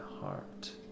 heart